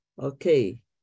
Okay